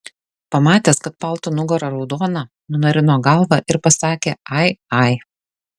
pamatęs kad palto nugara raudona nunarino galvą ir pasakė ai ai